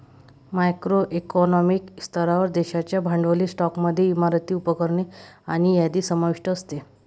macro economic स्तरावर, देशाच्या भांडवली स्टॉकमध्ये इमारती, उपकरणे आणि यादी समाविष्ट असते